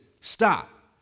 Stop